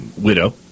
widow